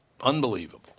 Unbelievable